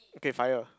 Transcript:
okay fire